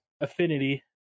Affinity